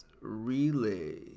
relay